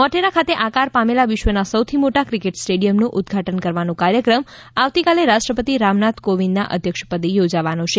મોટેરા ખાતે આકાર પામેલા વિશ્વ ના સૌથી મોટા ક્રિકેટ સ્ટડીયમનું ઉદ્વાટન કરવાનો કાર્યક્રમ આવતીકાલે રાષ્ટ્રપતિ રામનાથ કોવિંદના અધ્યક્ષ પદે યોજાવાનો છે